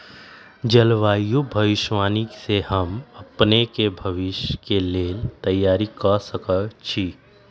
जलवायु भविष्यवाणी से हम अपने के भविष्य के लेल तइयार कऽ सकै छी